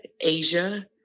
Asia